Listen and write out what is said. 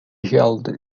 held